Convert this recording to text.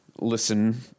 listen